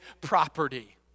property